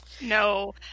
No